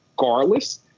regardless